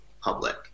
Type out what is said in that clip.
public